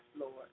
Lord